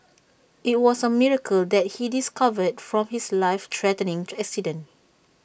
IT was A miracle that he discovered from his life threatening accident